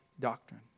doctrine